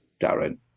Darren